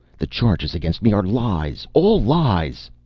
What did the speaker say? the charges against me are lies, all lies!